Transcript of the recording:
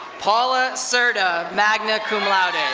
paula serta, magna cum laude. and